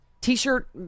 t-shirt